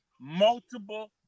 multiple